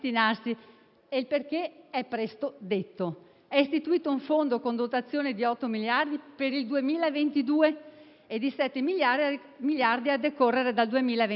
e il perché è presto detto. È istituito un fondo con dotazione di otto miliardi per il 2022 e di sette miliardi a decorrere dal 2023: